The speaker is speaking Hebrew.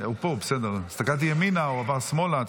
הוא פה, בסדר, הסתכלתי ימינה והוא עבר שמאלה.